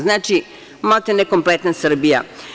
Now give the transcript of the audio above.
Znači, maltene kompletna Srbija.